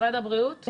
משרד הבריאות.